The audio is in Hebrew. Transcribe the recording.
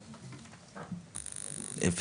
אוקיי.